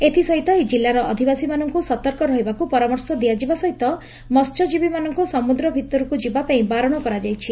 ଏଥିସହିତ ଏହି ଜିଲ୍ଲାର ଅଧିବାସୀମାନଙ୍କୁ ସତର୍କ ରହିବାକୁ ପରାମର୍ଶ ଦିଆଯିବା ସହିତ ମହ୍ୟଜୀବୀମାନଙ୍କୁ ସମୁଦ୍ର ଭିତରକୁ ଯିବା ପାଇଁ ବାରଣ କରାଯାଇଛି